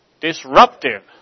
Disruptive